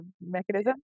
mechanism